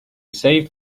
saved